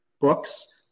books